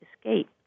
escape